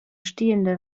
stehende